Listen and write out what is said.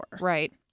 Right